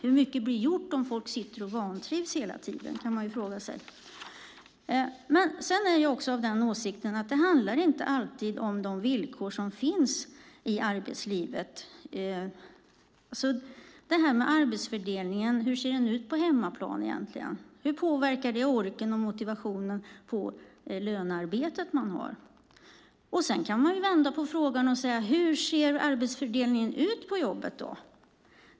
Hur mycket blir gjort om folk sitter och vantrivs hela tiden? Jag har också den åsikten att det inte alltid handlar om de villkor som finns i arbetslivet. Hur ser egentligen arbetsfördelningen ut på hemmaplan? Hur påverkar det orken och motivationen i det lönearbete man har? Sedan kan jag vända på frågan och säga: Hur ser arbetsfördelningen ut på jobbet?